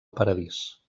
paradís